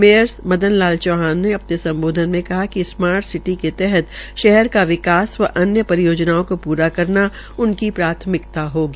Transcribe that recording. mayor Madan Lal Chauhan ने अपने सम्बोधन में कहा कि स्मार्ट सिटी के तहत शहर का विकास व अन्य परियोजनाओं को पूरा करना उनकी प्राथमिकता होगी